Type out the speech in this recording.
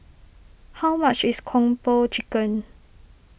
how much is Kung Po Chicken